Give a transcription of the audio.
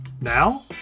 Now